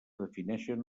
defineixen